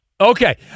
Okay